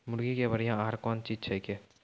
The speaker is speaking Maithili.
मुर्गी के बढ़िया आहार कौन चीज छै के?